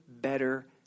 better